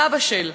הסבא של,